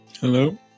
Hello